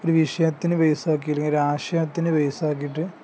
ഒരു വിഷയത്തിനെ ബേസാക്കിയില്ലെങ്കിൽ ഒരു ആശയത്തിനെ ബേസാക്കിയിട്ട്